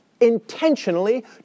intentionally